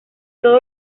todo